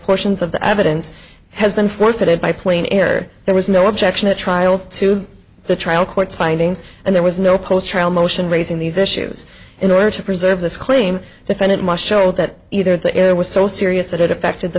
portions of the evidence has been forfeited by plane air there was no objection a trial to the trial court's findings and there was no post trial motion raising these issues in order to preserve this claim defendant must show that either the air was so serious that it affected the